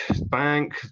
bank